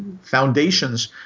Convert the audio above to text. foundations